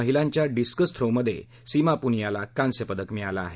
महिलांच्या डिस्कस थ्रोमध्ये सीमा प्नीयाला कांस्य पदक मिळालं आहे